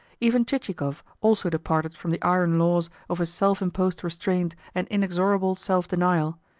even chichikov also departed from the iron laws of his self-imposed restraint and inexorable self-denial,